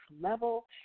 level